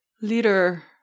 leader